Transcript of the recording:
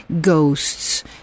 ghosts